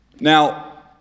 Now